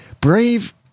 Brave